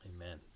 Amen